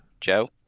Joe